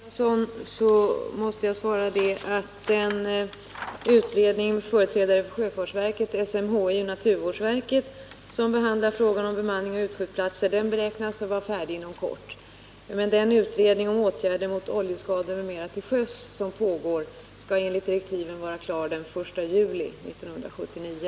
Herr talman! Jag måste svara Hans Gustafsson att den utredning, med företrädare från sjöfartsverket, SMHI och naturvårdsverket, som behandlar frågan om bemanning vid utsjöplatser beräknas vara färdig inom kort, medan den utredning som pågår om åtgärder mot oljeskador till sjöss enligt direktiven skall vara klar den 1 juli 1979.